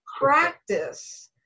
practice